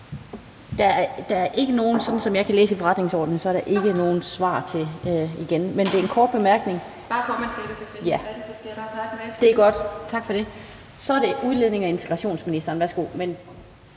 Så er det udlændinge- og integrationsministeren,